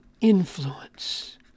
influence